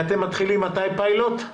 מתי אתם מתחילים פיילוט?